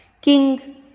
King